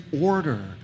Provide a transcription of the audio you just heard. order